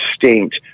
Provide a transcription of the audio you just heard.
distinct